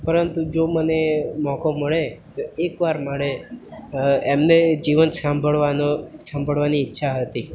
પરંતુ જો મને મોકો મળે એક વાર મળે એમને જીવંત સાંભળવાનો સાંભળવાની ઈચ્છા હતી